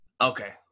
Okay